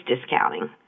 discounting